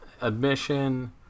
admission